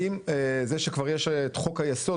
האם זה שכבר יש את חוק היסוד,